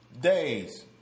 days